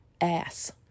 ass